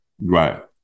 Right